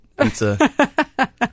pizza